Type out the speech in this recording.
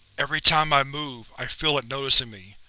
every time i move, i feel it noticing me.